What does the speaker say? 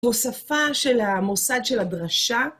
הוספה של המוסד של הדרשה.